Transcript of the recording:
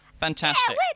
Fantastic